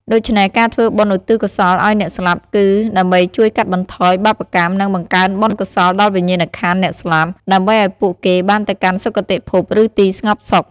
ដូច្នេះ ការធ្វើបុណ្យឧទ្ទិសកុសលឲ្យអ្នកស្លាប់ គឺដើម្បីជួយកាត់បន្ថយបាបកម្ម និងបង្កើនបុណ្យកុសលដល់វិញ្ញាណក្ខន្ធអ្នកស្លាប់ ដើម្បីឲ្យពួកគេបានទៅកាន់សុគតិភព ឬទីស្ងប់សុខ។